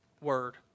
Word